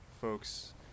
folks